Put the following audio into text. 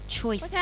choice